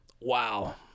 Wow